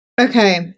Okay